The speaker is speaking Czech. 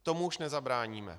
Tomu už nezabráníme.